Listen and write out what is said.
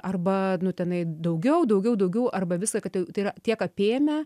arba nu tenai daugiau daugiau daugiau arba visa kad jau tai yra tiek apėmę